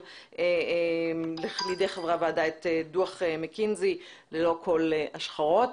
להעביר לידי חברי הוועדה את דוח מקינזי ללא ההשחרות.